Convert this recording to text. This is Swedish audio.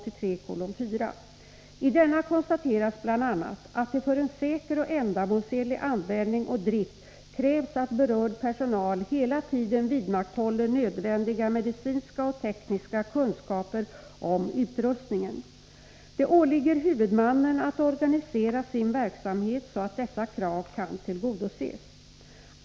I denna konstateras bl.a. att det för en säker och ändamålsenlig användning och drift krävs att berörd personal hela tiden vidmakthåller nödvändiga medicinska och tekniska kunskaper om utrustningen. Det åligger huvudmannen att organisera sin verksamhet så att dessa krav kan tillgodoses.